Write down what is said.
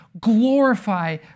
glorify